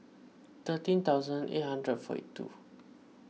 thirteen thousand eight hundred forty two